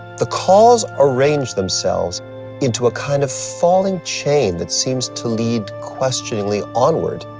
the calls arrange themselves into a kind of falling chain that seems to lead questioningly onward.